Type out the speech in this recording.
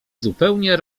zupełnie